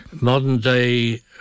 modern-day